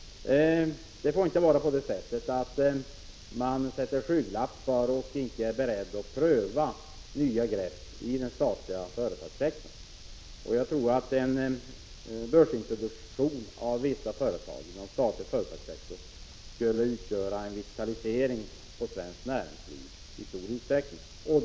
Det får inte vara så, att man sätter på sig skygglappar och icke är beredd att pröva nya grepp inom den statliga företagssektorn. Jag tror att en introduktion på börsen av vissa företag inom den statliga sektorn i stor utsträckning skulle innebära en vitalisering av svenskt näringsliv.